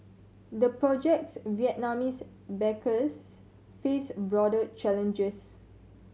the project's Vietnamese backers face broader challenges